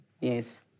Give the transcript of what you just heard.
Yes